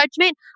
judgment